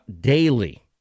daily